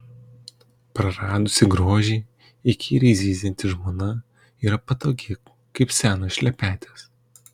praradusi grožį įkyriai zyzianti žmona yra patogi kaip senos šlepetės